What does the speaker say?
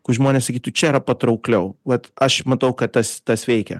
kur žmonės sakytų čia yra patraukliau vat aš matau kad tas tas veikia